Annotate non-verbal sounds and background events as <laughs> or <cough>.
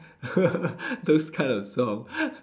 <laughs> those kind of song <laughs>